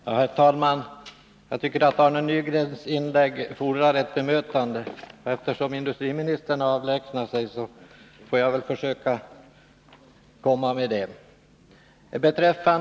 Herr talman! Jag tycker att Arne Nygrens inlägg fordrar ett bemötande. Eftersom industriministern har avlägsnat sig får jag försöka komma med det.